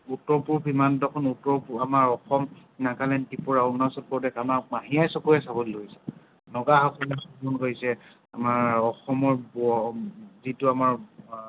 উত্তৰ পূৱ সীমান্তখন উত্তৰ পূৱ আমাৰ অসম নাগালেণ্ড ত্ৰিপুৰা অৰুণাচল প্ৰদেশ আমাক মাহী আইৰ চকুৰে চাবলৈ ধৰিছে নগাসকলে শোষণ কৰিছে আমাৰ অসমৰ যিটো আমাৰ